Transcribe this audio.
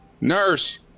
Nurse